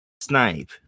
Snipe